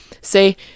say